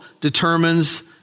determines